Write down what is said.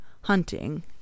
hunting